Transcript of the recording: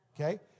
Okay